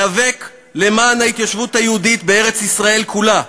איאבק למען ההתיישבות היהודית בארץ-ישראל כולה.